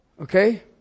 Okay